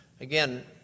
Again